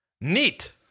Neat